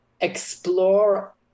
explore